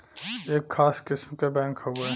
एक खास किस्म क बैंक हउवे